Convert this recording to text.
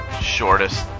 shortest